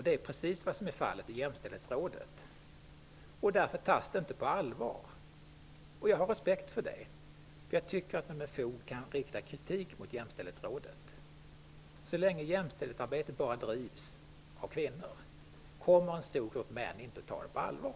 Det är precis vad som är fallet i Jämställdhetsrådet. Därför tas det arbetet inte på allvar. Jag kan ha respekt för det. Jag tycker att man med fog kan rikta kritik mot Jämställdhetsrådet. Så länge jämställdhetsarbetet bara drivs av kvinnor, kommer en stor grupp män att inte ta det arbetet på allvar.